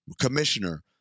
commissioner